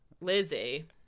Lizzie